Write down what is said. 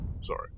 sorry